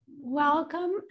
welcome